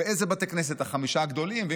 איזה בתי כנסת הם החמישה הגדולים.